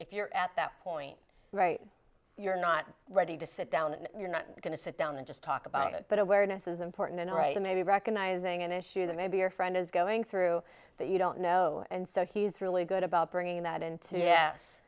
if you're at that point right you're not ready to sit down and you're not going to sit down and just talk about it but awareness is important and right maybe recognizing an issue that maybe your friend is going through that you don't know and so he's really good about bringing that into yes